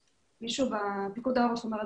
מישהו מפיקוד העורף אמר לה,